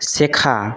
শেখা